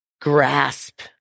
grasp